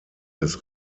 des